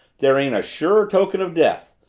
there ain't a surer token of death!